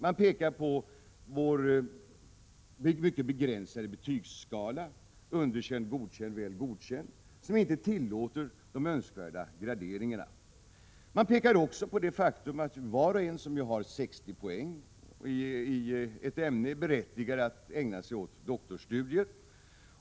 De pekar på vår mycket begränsade betygsskala — underkänd, godkänd och väl godkänd — som inte tillåter de önskvärda graderingarna. De pekar också på det faktum att var och en som har 60 poäng i ett ämne är berättigad att ägna sig åt doktorandstudier.